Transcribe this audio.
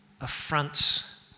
affronts